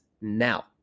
now